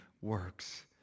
works